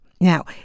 Now